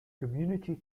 community